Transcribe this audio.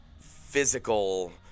physical